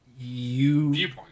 viewpoint